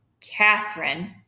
Catherine